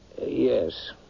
Yes